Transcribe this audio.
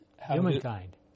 Humankind